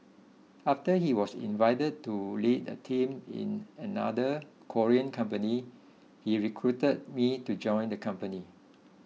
after he was invited to lead a team in another Korean company he recruited me to join the company